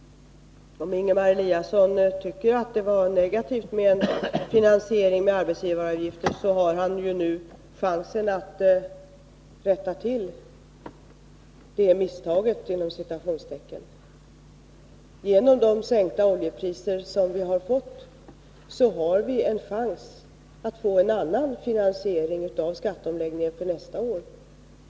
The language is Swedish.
Om Ingemar Eliasson tycker att en finansiering via arbetsgivaravgiften var något negativt, har han nu chans att rätta till det ”misstaget”. Tack vare de sänkta oljepriserna har vi chans att få en annan finansiering av skatteomläggningen för nästa år.